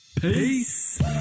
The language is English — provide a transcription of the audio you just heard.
Peace